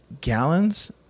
Gallons